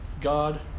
god